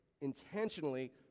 intentionally